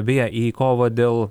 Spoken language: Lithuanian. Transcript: beje į kovą dėl